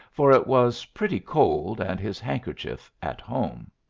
for it was pretty cold, and his handkerchief at home.